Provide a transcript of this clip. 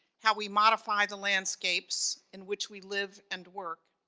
how we modify the landscapes in which we live and work,